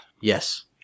Yes